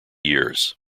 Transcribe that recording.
years